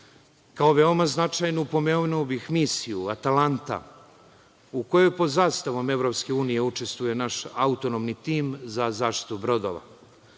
Kao veoma značajnu pomenuo bih misiju „Atalanta“ u kojoj po zastavom EU učestvuje naš autonomni tim za zaštitu brodova.